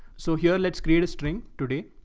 so here let's create a string today